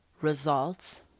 results